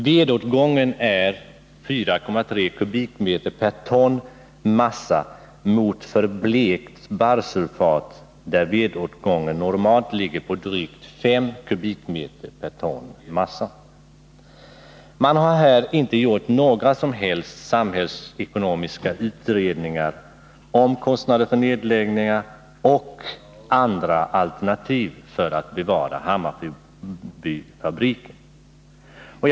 Vedåtgången är 4,3 kubikmeter per ton massa, medan vedåtgången för blekt barrsulfat normalt ligger på drygt 5 kubikmeter per ton massa. Man har här inte gjort några som helst samhällsekonomiska utredningar om kostnader för nedläggning eller för alternativ för att bevara Hammarbyfabriken.